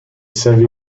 savez